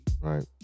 Right